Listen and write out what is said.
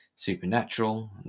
Supernatural